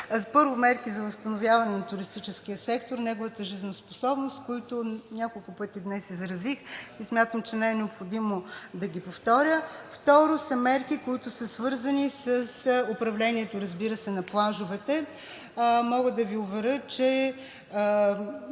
Първо, мерки за възстановяване на туристическия сектор, неговата жизнеспособност, които няколко пъти днес изразих и смятам, че не е необходимо да ги повтарям. Второ, мерки, които са свързани с управлението, разбира се, на плажовете. Мога да Ви уверя, че